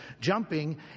jumping